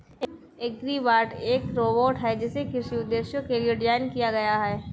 agribot एक robot है जिसे कृषि उद्देश्यों के लिए डिज़ाइन किया गया है